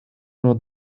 not